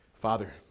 Father